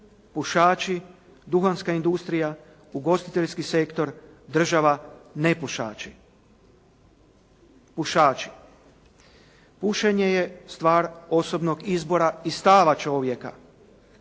pušači, duhanska industrija, ugostiteljski sektor, država, nepušači. Pušači, pušenje je stvar osobnog izbora i stava čovjeka.